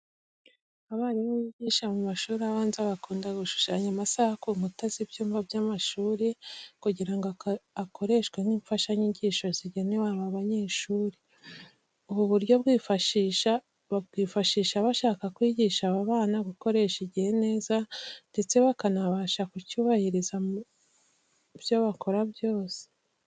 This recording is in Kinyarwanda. Abarimu bigisha mu mashuri abanza bakunda gushushanya amasaha ku nkuta z'ibyumba by'amashuri kugira ngo akoreshwe nk'imfashanyigisho zigenewe aba banyeshuri. Ubu buryo babwifashisha bashaka kwigisha aba bana gukoresha igihe neza ndetse bakanabasha kucyubahiriza mu byo bakora byose.